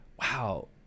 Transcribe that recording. wow